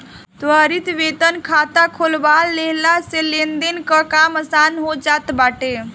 त्वरित वेतन खाता खोलवा लेहला से लेनदेन कअ काम आसान हो जात बाटे